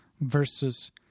versus